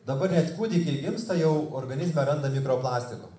dabar net kūdikiai gimsta jau organizme randa mikroplastiko